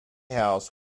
house